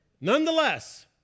Nonetheless